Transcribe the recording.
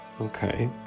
Okay